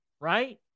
right